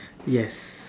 yes